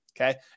okay